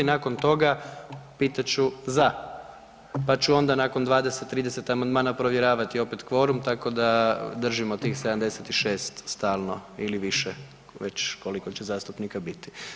Nakon toga pitat ću za, pa ću onda nakon 20, 30 amandmana provjeravati opet kvorum tako da držimo tih 76 stalno ili više već koliko će zastupnika biti.